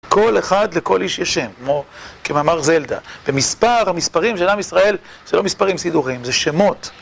כל אחד לכל איש יש שם, כמו כמאמר זלדה. במספר המספרים של עם ישראל, זה לא מספרים סידוריים, זה שמות.